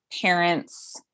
parents